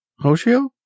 Hoshio